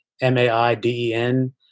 M-A-I-D-E-N